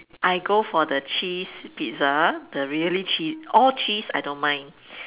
I go for the cheese Pizza the really chee~ all cheese I don't mind